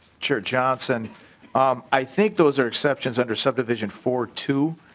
chair johnson um i think those are exceptions under subdivision four two